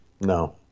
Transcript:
No